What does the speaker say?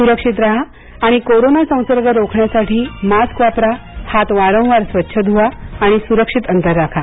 सुरक्षित राहा आणि कोरोना संसर्ग रोखण्यासाठी मास्क वापरा हात वारंवार स्वच्छ धुवा आणि सुरक्षित अंतर राखा